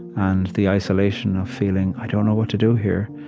and the isolation of feeling, i don't know what to do here.